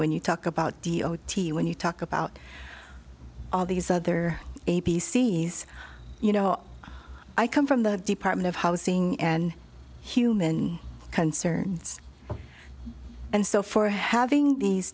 when you talk about d o t when you talk about all these other a b c s you know i come from the department of housing and human concerns and so for having these